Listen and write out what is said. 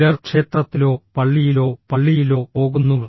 ചിലർ ക്ഷേത്രത്തിലോ പള്ളിയിലോ പള്ളിയിലോ പോകുന്നു